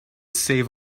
save